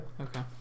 Okay